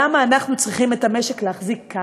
למה אנחנו צריכים את המשק להחזיק ככה?